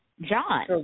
John